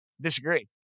disagree